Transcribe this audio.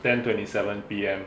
ten twenty seven P_M